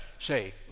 Say